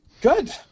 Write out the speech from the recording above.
Good